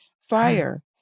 fire